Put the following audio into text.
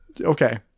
Okay